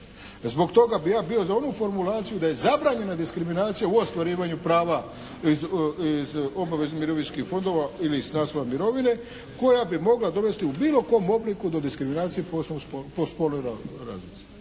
Zbog toga bi ja bio za onu formulaciju da je zabranjena diskriminacija u ostvarivanju prava iz obaveznih mirovinskih fondova ili s naslova mirovine koja bi mogla dovesti u bilo kom obliku do diskriminacije po …/Govornik